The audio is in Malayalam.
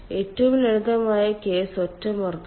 ഏറ്റവും ലളിതമായ കേസ് ഒറ്റ മർദ്ദം